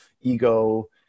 ego